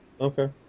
Okay